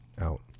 out